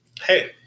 Hey